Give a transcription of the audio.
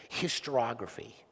historiography